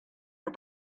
her